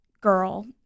girl